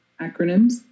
acronyms